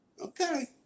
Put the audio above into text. Okay